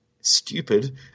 stupid